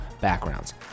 backgrounds